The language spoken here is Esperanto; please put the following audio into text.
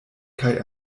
kaj